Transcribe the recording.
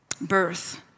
Birth